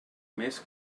més